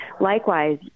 Likewise